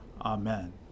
Amen